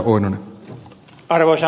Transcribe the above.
arvoisa puhemies